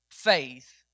faith